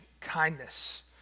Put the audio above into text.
kindness